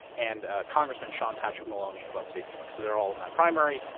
and ah congressman sean patrick maloney of upstate new york. so they're all in that primary.